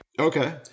Okay